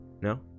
No